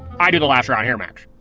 i do the laughs around here max.